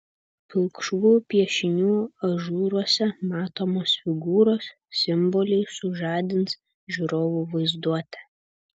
pilkšvų piešinių ažūruose matomos figūros simboliai sužadins žiūrovo vaizduotę